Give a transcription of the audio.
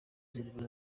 numero